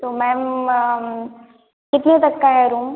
तो मैम कितने तक का है रूम